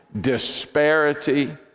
disparity